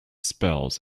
spells